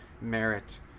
merit